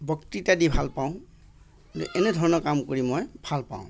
বক্তৃতা দি ভালপাওঁ এনে ধৰণৰ কাম কৰি মই ভালপাওঁ